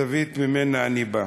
זווית שממנה אני בא.